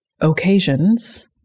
occasions